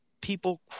people